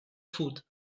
food